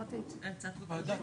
זה הצעה של וועדת